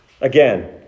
Again